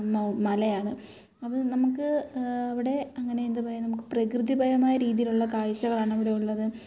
മൗ മലയാണ് അത് നമുക്ക് അവിടെ അങ്ങനെ എന്താണ് പറയുക നമുക്ക് പ്രകൃതി പരമായ രീതിയിലുള്ള കാഴ്ചകളാണ് ഇവിടെ ഉള്ളത്